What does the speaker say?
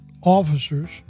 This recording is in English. officers